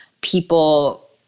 people